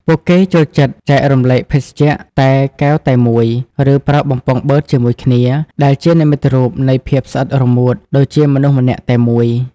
ពួកគេចូលចិត្តចែករំលែកភេសជ្ជៈតែកែវតែមួយ ឬប្រើបំពង់បឺតជាមួយគ្នា ដែលជានិមិត្តរូបនៃភាពស្អិតរមួតដូចជាមនុស្សម្នាក់តែមួយ។